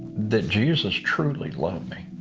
that jesus truly loved me.